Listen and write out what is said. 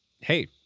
Hey